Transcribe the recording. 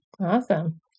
Awesome